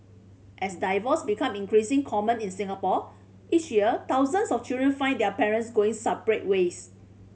as divorce become increasing common in Singapore each year thousands of children find their parents going separate ways